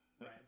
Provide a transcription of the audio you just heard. Right